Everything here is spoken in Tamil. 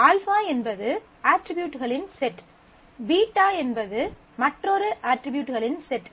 α என்பது அட்ரிபியூட்களின் செட் β என்பது மற்றொரு அட்ரிபியூட்களின் செட்